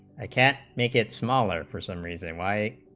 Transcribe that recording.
ah can't make it smaller for some reason why